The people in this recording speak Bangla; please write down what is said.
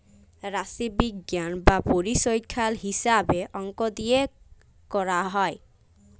রাশিবিজ্ঞাল বা পরিসংখ্যাল হিছাবে অংক দিয়ে ক্যরা হ্যয়